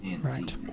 Right